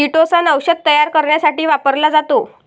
chitosan औषध तयार करण्यासाठी वापरला जातो